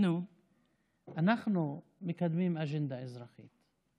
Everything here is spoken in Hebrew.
אנחנו מקדמים אג'נדה אזרחית,